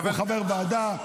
הוא חבר ועדה?